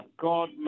God